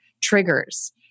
triggers